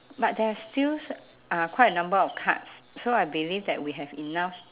but there are still uh quite a number of cards so I believe that we have enough